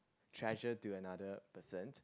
treasure to another person